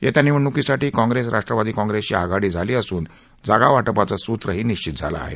येत्या निवडणुकीसाठी काँग्रेस राष्ट्रवादी काँग्रेसची आघाडी झाली असून जागावाटपाचं सूत्रही निश्चित झालं आहे